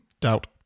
Doubt